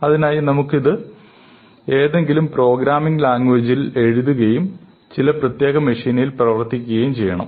അതിനായി നമുക്ക് ഇത് ഏതെങ്കിലും പ്രോഗ്രാമിംഗ് ലാംഗ്വേജിൽ എഴുതുകയും ചില പ്രത്യേക മെഷീനിൽ പ്രവർത്തിപ്പിക്കുകയും ചെയ്യണം